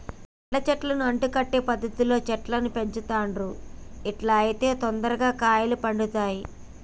పండ్ల చెట్లను అంటు కట్టే పద్ధతిలో చెట్లను పెంచుతాండ్లు అట్లా అయితే తొందరగా కాయలు పడుతాయ్